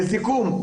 לסיכום.